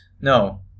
No